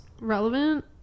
relevant